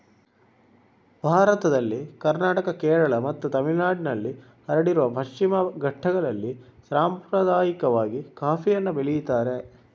ಭಾರತದಲ್ಲಿ ಕರ್ನಾಟಕ, ಕೇರಳ ಮತ್ತು ತಮಿಳುನಾಡಿನಲ್ಲಿ ಹರಡಿರುವ ಪಶ್ಚಿಮ ಘಟ್ಟಗಳಲ್ಲಿ ಸಾಂಪ್ರದಾಯಿಕವಾಗಿ ಕಾಫಿಯನ್ನ ಬೆಳೀತಾರೆ